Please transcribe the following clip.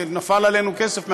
כי נפל עלינו כסף מהשמים,